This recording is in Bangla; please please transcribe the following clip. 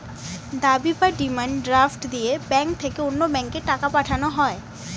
দাবি বা ডিমান্ড ড্রাফট দিয়ে ব্যাংক থেকে অন্য ব্যাংকে টাকা পাঠানো হয়